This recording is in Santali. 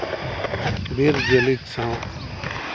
ᱵᱤᱨ ᱡᱤᱭᱟᱹᱞᱤ ᱠᱚ ᱥᱟᱝ